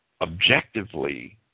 objectively